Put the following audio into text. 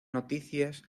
noticias